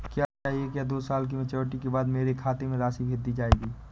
क्या एक या दो साल की मैच्योरिटी के बाद मेरे खाते में राशि भेज दी जाएगी?